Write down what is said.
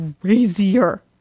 crazier